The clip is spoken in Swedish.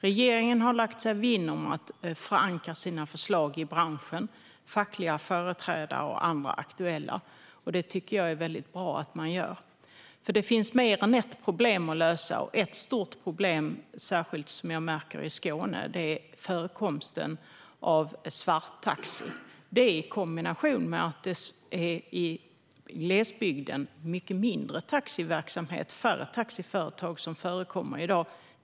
Regeringen har lagt sig vinn om att förankra sina förslag i branschen, hos fackliga företrädare och andra aktuella aktörer. Det tycker jag är väldigt bra. Det finns mer än ett problem att lösa. Ett stort problem som jag märker särskilt i Skåne är förekomsten av svarttaxi i kombination med att det i glesbygden finns mycket mindre taxiverksamhet. Det är färre taxiföretag där i dag.